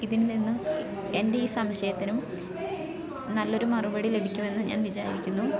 ഇതിൻ നിന്നും എൻ്റെ ഈ സംശയത്തിനും നല്ലൊരു മറുപടി ലഭിക്കുമെന്ന് ഞാൻ വിചാരിക്കുന്നു